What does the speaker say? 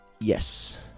Yes